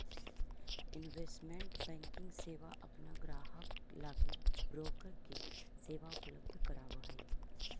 investment banking सेवा अपन ग्राहक लगी ब्रोकर के सेवा उपलब्ध करावऽ हइ